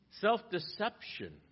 Self-deception